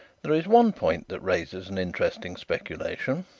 there is one point that raises an interesting speculation.